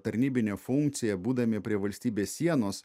tarnybinę funkciją būdami prie valstybės sienos